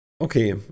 Okay